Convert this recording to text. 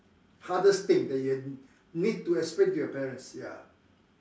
hardest thing that you need to explain to your parents ya